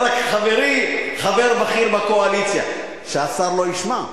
חברי חבר בכיר בקואליציה, שהשר לא ישמע.